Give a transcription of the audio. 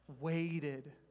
waited